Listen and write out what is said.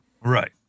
Right